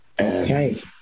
Okay